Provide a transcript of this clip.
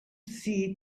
see